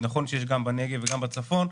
נכון שיש גם בנגב וגם בצפון,